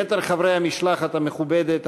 יתר חברי המשלחת המכובדת,